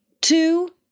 two